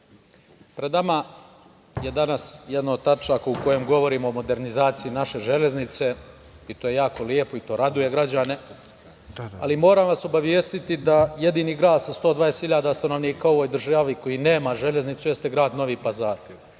Pred nama je danas jedna od tačaka u kojoj govorimo o modernizaciji naše železnice i to je jako lepo i to raduje građane, ali moram vas obavestiti da jedini grad sa 120.000 stanovnika u ovoj državi koji nema železnicu jeste grad Novi Pazar,